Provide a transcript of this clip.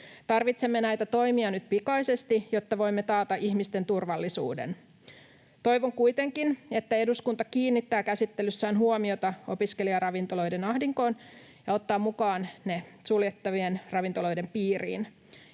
Tarvitsemme näitä toimia nyt pikaisesti, jotta voimme taata ihmisten turvallisuuden. Toivon kuitenkin, että eduskunta kiinnittää käsittelyssään huomiota opiskelijaravintoloiden ahdinkoon ja ottaa ne mukaan suljettavien ravintoloiden piiriin.